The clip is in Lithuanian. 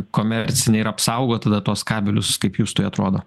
komercinę ir apsaugot tada tuos kabelius kaip justui atrodo